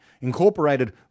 incorporated